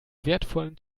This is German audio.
wertvollen